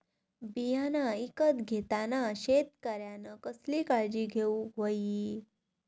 बियाणा ईकत घेताना शेतकऱ्यानं कसली काळजी घेऊक होई?